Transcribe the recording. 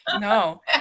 No